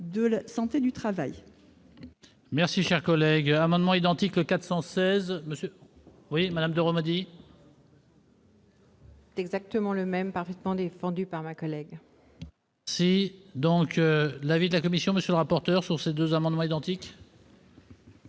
de santé au travail.